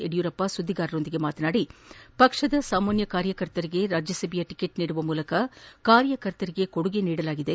ಯಡಿಯೂರಪ್ಪ ಸುದ್ದಿಗಾರರೊಂದಿಗೆ ಮಾತನಾಡಿ ಪಕ್ಷದ ಸಾಮಾನ್ಯ ಕಾರ್ಯಕರ್ತರಿಗೆ ರಾಜ್ಲಸಭೆಯ ಟಿಕೆಟ್ ನೀಡುವ ಮೂಲಕ ಕಾರ್ಯಕರ್ತರಿಗೆ ಕೊಡುಗೆ ನೀಡಿದ್ದಾರೆ